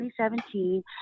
2017